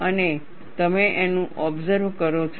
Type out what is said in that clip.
અને તમે તેનું ઓબસર્વ કરો છો